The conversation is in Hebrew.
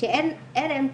שאין אמצע,